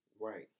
Right